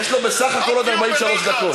אני אוסיף לו, ביטן.